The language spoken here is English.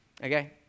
okay